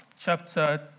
chapter